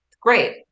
Great